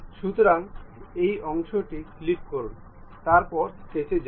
সুতরাং এই অংশ টি ক্লিক করুন তারপর স্কেচে যান